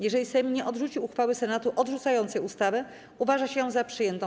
Jeżeli Sejm nie odrzuci uchwały Senatu odrzucającej ustawę, uważa się ją za przyjętą.